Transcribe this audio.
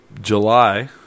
July